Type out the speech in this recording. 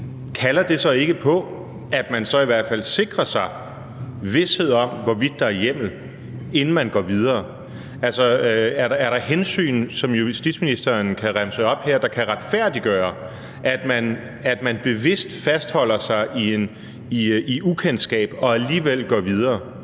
kalder det så ikke på, at man i hvert fald sikrer sig vished om, hvorvidt der er hjemmel, inden man går videre? Altså, er der hensyn, som justitsministeren kan remse op her, der kan retfærdiggøre, at man bevidst fastholder sig i ukendskab og alligevel går videre?